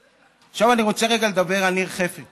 עכשיו, אני רוצה רגע לדבר על ניר חפץ